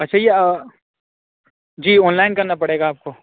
اچھا یہ جی آن لائن کرنا پڑے گا آپ کو